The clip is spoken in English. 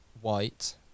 White